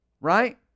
Right